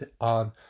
on